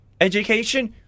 education